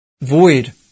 void